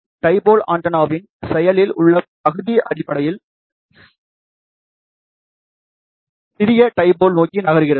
dipole ஆண்டெனாவின் செயலில் உள்ள பகுதி அடிப்படையில் சிறிய டைபோல் நோக்கி நகர்கிறது